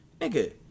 nigga